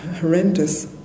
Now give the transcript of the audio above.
horrendous